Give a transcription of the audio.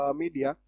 media